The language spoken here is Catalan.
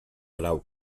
grau